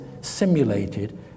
simulated